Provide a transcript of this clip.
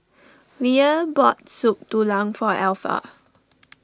Leah bought Soup Tulang for Alpha